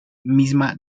misma